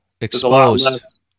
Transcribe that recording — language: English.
Exposed